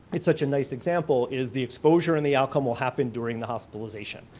it's such a nice example is the exposure and the outcome will happen during the hospitalization.